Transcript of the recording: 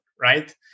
right